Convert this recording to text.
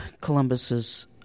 Columbus's